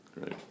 Right